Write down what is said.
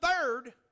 third